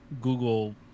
Google